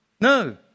No